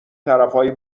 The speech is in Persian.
طرفای